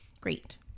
Great